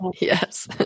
Yes